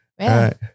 Right